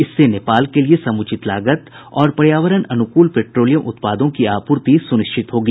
इससे नेपाल के लिए समुचित लागत और पर्यावरण अनुकूल पेट्रोलियम उत्पादों की आपूर्ति सुनिश्चित होगी